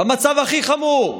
במצב הכי חמור,